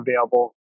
available